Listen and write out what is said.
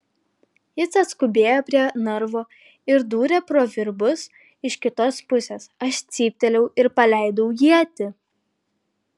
jis atskubėjo prie narvo ir dūrė pro virbus iš kitos pusės aš cyptelėjau ir paleidau ietį